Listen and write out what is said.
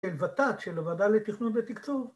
‫לבתת של הוועדה לתכנון ולתקצור.